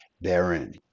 therein